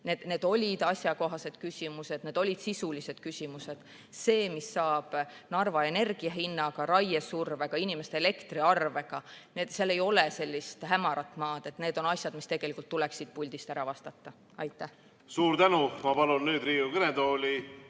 Need olid asjakohased küsimused, need olid sisulised küsimused: mis saab Narva energia hinnast, raiesurvest, inimeste elektriarvetest. Seal ei ole sellist hämarat maad. Need on asjad, mis tegelikult tuleks siit puldist ära vastata. Aitäh! Suur tänu! Ma palun nüüd Riigikogu kõnetooli